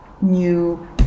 new